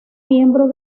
miembro